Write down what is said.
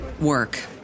work